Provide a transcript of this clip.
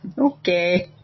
Okay